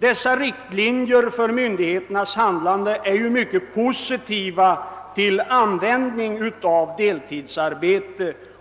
Dessa riktlinjer för myndigheternas handlande är ju mycket positiva i fråga om användning av deltid.